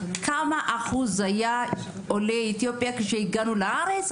כמה אחוז היה בקרב עולי אתיופיה כשהגענו לארץ,